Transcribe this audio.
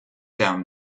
down